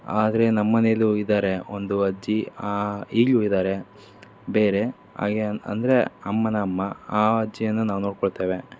ಆದರೆ ನಮ್ಮ ಮನೇಲೂ ಇದ್ದಾರೆ ಒಂದು ಅಜ್ಜಿ ಈಗಲೂ ಇದ್ದಾರೆ ಬೇರೆ ಹಾಗೆ ಅಂದರೆ ಅಮ್ಮನ ಅಮ್ಮ ಆ ಅಜ್ಜಿಯನ್ನು ನಾವು ನೋಡಿಕೊಳ್ತೇವೆ